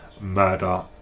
murder